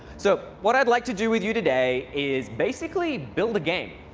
so what i'd like to do with you today is basically build a game.